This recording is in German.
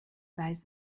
weiß